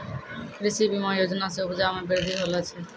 कृषि बीमा योजना से उपजा मे बृद्धि होलो छै